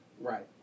Right